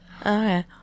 Okay